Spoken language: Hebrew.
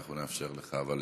אנחנו נאפשר לך, אבל